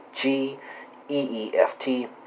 G-E-E-F-T